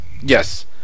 Yes